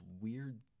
weird